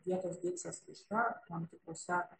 tiek jos deiksės raiška tam tikruose